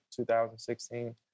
2016